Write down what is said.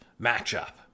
matchup